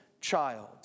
child